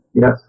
Yes